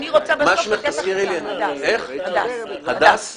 אני רוצה להסביר בצורה הכי ברורה מה מטרת הוועדה הזאת.